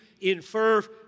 infer